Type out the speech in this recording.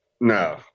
No